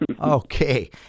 Okay